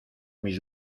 mis